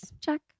Check